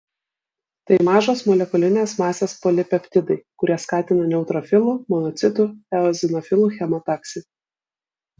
tai mažos molekulinės masės polipeptidai kurie skatina neutrofilų monocitų eozinofilų chemotaksį